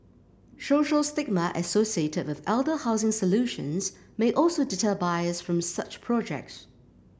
social stigma associated with elder housing solutions may also deter buyers from such projects